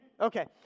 okay